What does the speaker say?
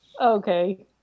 okay